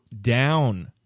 down